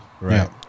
Right